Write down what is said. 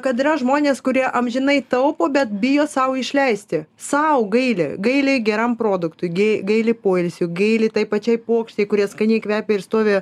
kad yra žmonės kurie amžinai taupo bet bijo sau išleisti sau gaili gaili geram produktui gai gaili poilsiui gaili tai pačiai puokštei kuri skaniai kvepia ir stovi